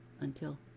until